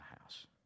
house